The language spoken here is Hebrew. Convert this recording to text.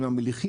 מה מליחים,